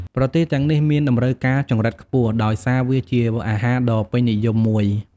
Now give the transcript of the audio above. ប្រទេសទាំងនេះមានតម្រូវការចង្រិតខ្ពស់ ដោយសារវាជាអាហារដ៏ពេញនិយមមួយ។